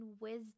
wisdom